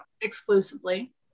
exclusively